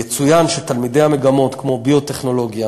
יצוין שתלמידי מגמות כמו ביו-טכנולוגיה,